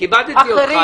אחרים